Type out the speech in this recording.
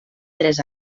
tres